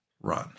run